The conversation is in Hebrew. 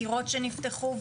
חקירות שנפתחו,